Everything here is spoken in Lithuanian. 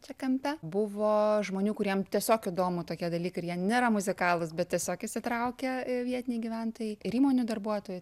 čia kampe buvo žmonių kuriem tiesiog įdomu tokie dalykai ir jie nėra muzikalūs bet tiesiog įsitraukė vietiniai gyventojai ir įmonių darbuotojai